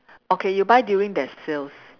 okay you buy during their sales